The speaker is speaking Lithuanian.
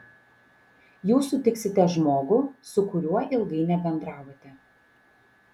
jūs sutiksite žmogų su kuriuo ilgai nebendravote